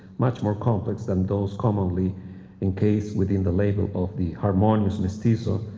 much more complex than those commonly encased within the label of the harmonious mestizo,